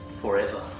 Forever